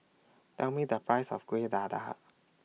Tell Me The Price of Kuih Dadar